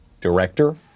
Director